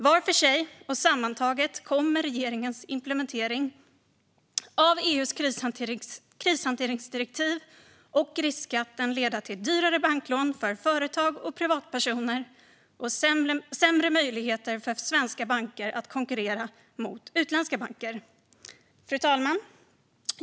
Var för sig och sammantaget kommer regeringens implementering av EU:s krishanteringsdirektiv och riskskatten att leda till dyrare banklån för företag och privatpersoner och sämre möjligheter för svenska banker att konkurrera med utländska banker. Fru talman!